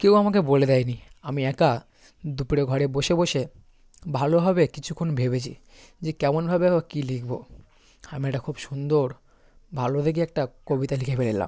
কেউ আমাকে বলে দেয় নি আমি একা দুপরে ঘরে বসে বসে ভালোভাবে কিছুক্ষণ ভেবেছি যে কেমনভাবে বা কী লিখবো আমি একটা খুব সুন্দর ভালো দেখে একটা কবিতা লিখে ফেললাম